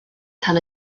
tan